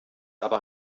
aber